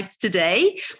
Today